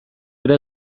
ere